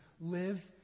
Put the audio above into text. Live